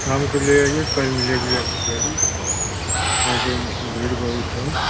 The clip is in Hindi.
और शाम को ले आइएगा कल मिलेगी आपको गाड़ी आज यहाँ भीड़ बहुत है